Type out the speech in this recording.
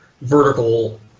vertical